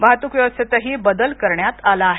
वाहतूक व्यवस्थेतही बदल करण्यात आला आहे